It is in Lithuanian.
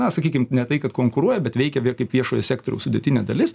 na sakykim ne tai kad konkuruoja bet veikia kaip viešojo sektoriaus sudėtinė dalis